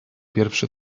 pierwszy